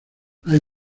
hay